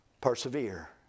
persevere